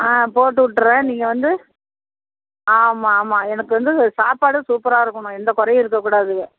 ஆ போட்டுவிட்டுறேன் நீங்கள் வந்து ஆமாம் ஆமாம் எனக்கு வந்து சாப்பாடு சூப்பராக இருக்கணும் எந்த குறையும் இருக்கக்கூடாது